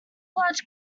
large